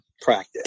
practice